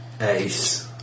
Ace